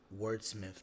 wordsmith